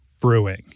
Brewing